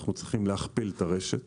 אנחנו צריכים להכפיל את הרשת,